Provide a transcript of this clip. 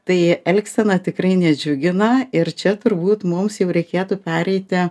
tai elgsena tikrai nedžiugina ir čia turbūt mums jau reikėtų pereiti